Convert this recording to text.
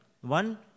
One